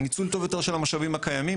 ניצול טוב יותר של המשאבים הקיימים,